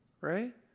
right